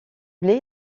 blé